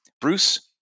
Bruce